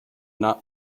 not